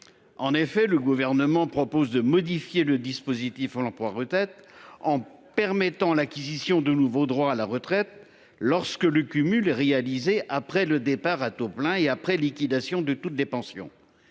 rien ! Le Gouvernement propose de modifier le dispositif de cumul emploi-retraite en permettant l'acquisition de nouveaux droits à pension, lorsque ce cumul est réalisé après le départ à taux plein et après liquidation de toutes les pensions.